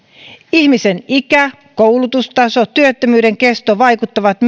ihmisen ikä koulutustaso työttömyyden kesto vaikuttavat